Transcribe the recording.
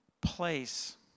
place